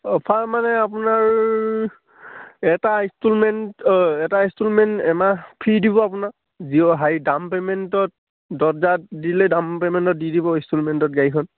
offer মানে আপোনাৰ এটা ইনষ্টলমেণ্ট অ' এটা ইনষ্টলমেণ্ট এমাহ ফ্ৰী দিব আপোনাৰ জিঅ' হাই ডাউন পে'মেণ্টত দহ হাজাৰ দিলে ডাউন পে'মেণ্টত দি দিব ইনষ্টলমেণ্টত গাড়ীখন